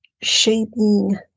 shaping